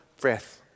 breath